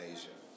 Asia